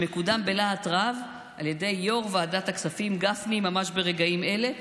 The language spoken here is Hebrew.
שמקודם בלהט רב על ידי יו"ר ועדת הכספים גפני ממש ברגעים אלה,